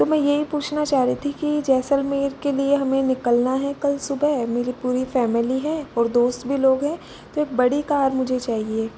तो मैं यही पूछना चाह रही थी कि जैसलमेर के लिए हमें निकलना है कल सुबह मेरी पूरी फैमिली है और दोस्त भी लोग हैं फिर बड़ी कार मुझे चहिए